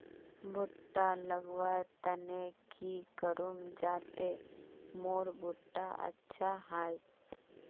भुट्टा लगवार तने की करूम जाते मोर भुट्टा अच्छा हाई?